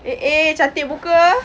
eh eh cantik muka